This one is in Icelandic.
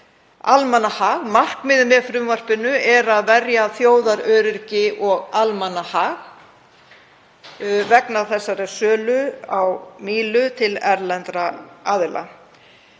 almannahag. Markmiðið með frumvarpinu er að verja þjóðaröryggi og almannahag vegna þessarar sölu á Mílu til erlendra aðila.